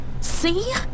See